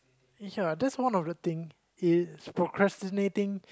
ya that's one of the thing it's procrastinating